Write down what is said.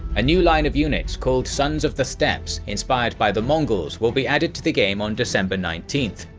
a new line of units called sons of the steppes, inspired by the mongols will be added to the game on december nineteen,